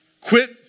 Quit